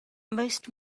most